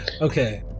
Okay